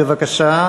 בבקשה,